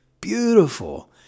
beautiful